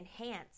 enhance